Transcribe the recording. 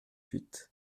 huit